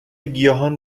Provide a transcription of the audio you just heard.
گیاهان